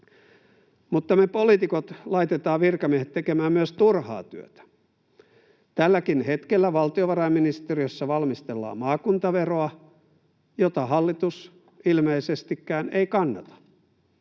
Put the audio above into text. Mutta me poliitikot laitetaan virkamiehet tekemään myös turhaa työtä. Tälläkin hetkellä valtiovarainministeriössä valmistellaan maakuntaveroa, jota hallitus ilmeisestikään ei kannata.